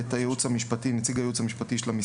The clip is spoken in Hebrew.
בהיבטים של בדיקת מידע פלילי; ואת נציג הייעוץ המשפטי של המשרד.